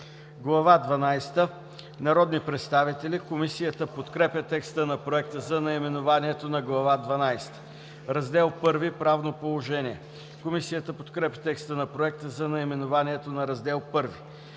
– Народни представители“. Комисията подкрепя текста на Проекта за наименованието на Глава дванадесета. „Раздел I – Правно положение“. Комисията подкрепя текста на Проекта за наименованието на Раздел I.